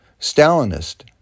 Stalinist